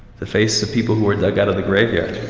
the faces of people who were dug out of the graveyard.